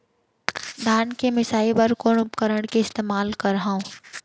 धान के मिसाई बर कोन उपकरण के इस्तेमाल करहव?